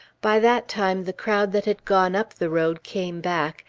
by that time the crowd that had gone up the road came back,